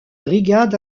brigades